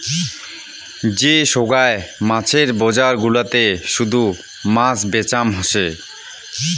যে সোগায় মাছের বজার গুলাতে শুধু মাছ বেচাম হসে